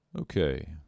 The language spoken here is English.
Okay